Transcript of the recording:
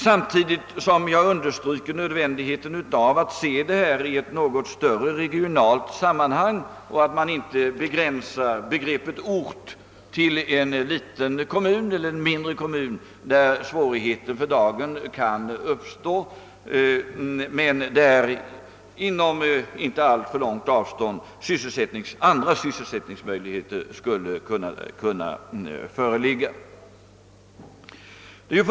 Samtidigt som jag understryker nödvändigheten av att se dessa spörsmål i ett något större regionalt sammanhang vill jag trycka på att man inte begränsar begreppet ort till att omfatta en mindre kommun där det föreligger svårigheter för dagen men där det på inte alltför långt avstånd kan finnas andra sysselsättningsmöjligheter.